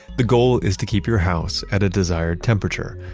the goal is to keep your house at a desired temperature.